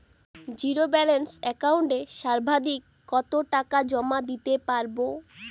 Zero balance একাউন্টে সর্বাধিক কত টাকা জমা দিতে পারব?